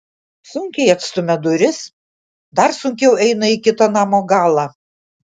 sunkiai atstumia duris dar sunkiau eina į kitą namo galą